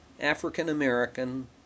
African-American